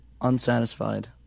unsatisfied